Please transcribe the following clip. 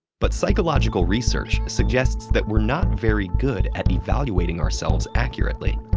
but psychological research suggests that we're not very good at evaluating ourselves accurately.